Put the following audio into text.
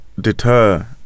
deter